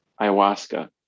ayahuasca